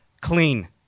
clean